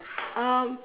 um